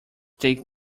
take